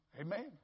Amen